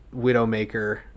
Widowmaker